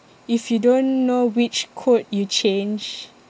if you don't know which code you change